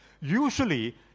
Usually